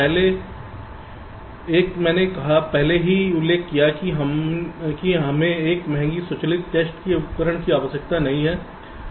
पहले एक मैंने पहले ही उल्लेख किया है कि हमें एक महंगी स्वचालित टेस्ट उपकरण की आवश्यकता नहीं है